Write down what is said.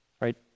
right